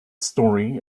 story